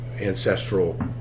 ancestral